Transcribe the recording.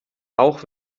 auch